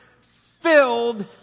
filled